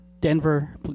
Denver